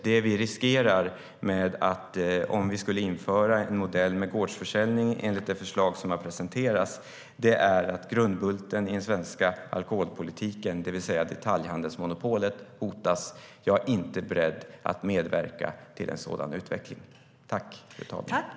Det vi riskerar om vi inför en modell med gårdsförsäljning, enligt det förslag som har presenterats, är att grundbulten i den svenska alkoholpolitiken, det vill säga detaljhandelsmonopolet, hotas. Jag är inte beredd att medverka till en sådan utveckling.